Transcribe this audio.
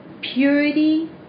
purity